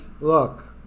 Look